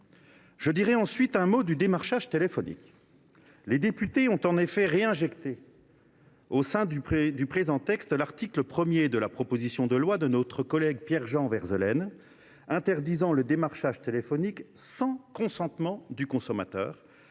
Je dirai ensuite un mot du démarchage téléphonique. Les députés ont en effet introduit, au sein du présent texte, l’article 1 de la proposition de loi de notre collègue Pierre Jean Verzelen pour un démarchage téléphonique consenti et une